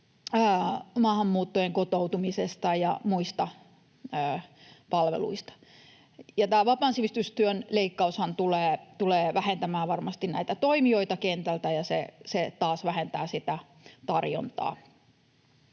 maahanmuuttajien kotoutumisesta ja muista palveluista. Tämä vapaan sivistystyön leikkaushan tulee vähentämään varmasti näitä toimijoita kentältä, ja se taas vähentää sitä tarjontaa.